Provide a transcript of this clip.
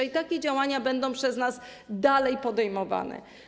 I takie działania będą przez nas dalej podejmowane.